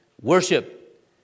worship